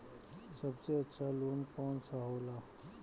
सबसे अच्छा लोन कौन सा होला?